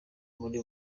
muri